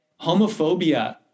homophobia